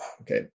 okay